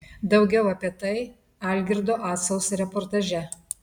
daugiau apie tai algirdo acaus reportaže